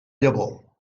llavor